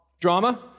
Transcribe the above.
Drama